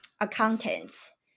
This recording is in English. accountants